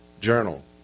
Journal